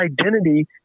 identity